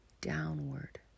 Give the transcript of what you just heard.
downward